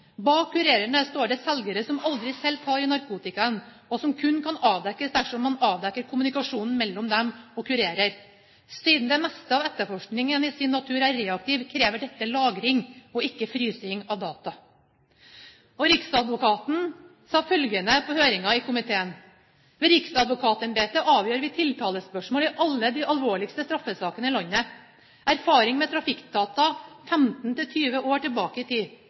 Bak kurerene står det selgere som aldri selv tar i narkotikaen, og som kun kan avdekkes dersom man avdekker kommunikasjonen mellom dem og kurerer. Siden det meste av etterforsking i sin natur er reaktiv, krever dette lagring – og ikke frysing – av data. Riksadvokaten sa følgende på høringen i komiteen: Ved riksadvokatembetet avgjør vi tiltalespørsmålet i alle de alvorligste straffesakene i landet. Vi har erfaring med trafikkdata 15–20 år tilbake i tid.